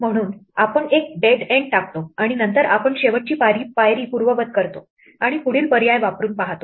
म्हणून आपण एक डेड एंड टाकतो आणि नंतर आपण शेवटची पायरी पूर्ववत करतो आणि पुढील पर्याय वापरून पाहतो